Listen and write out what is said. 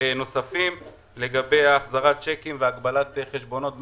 נוספים לגבי החזרת צ'קים והגבלת חשבונות בנק.